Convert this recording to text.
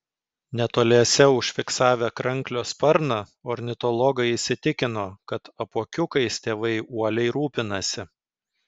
netoliese užfiksavę kranklio sparną ornitologai įsitikino kad apuokiukais tėvai uoliai rūpinasi